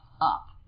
up